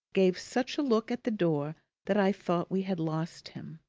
gave such a look at the door that i thought we had lost him.